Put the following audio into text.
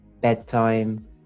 bedtime